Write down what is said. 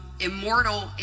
immortal